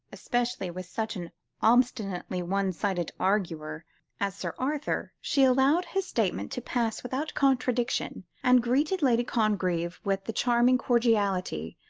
especially with such an obstinately one-sided arguer as sir arthur, she allowed his statement to pass without contradiction, and greeted lady congreve with the charming cordiality,